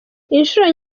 inshuro